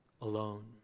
alone